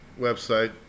Website